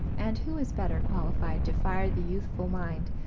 and who is better qualified to fire the youthful mind,